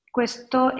Questo